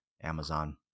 Amazon